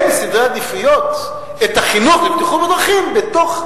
בסדרי העדיפויות החינוך לבטיחות בדרכים איננו בתוך,